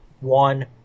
one